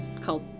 called